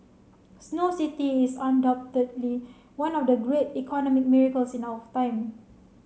Snow City is undoubtedly one of the great economic miracles in our time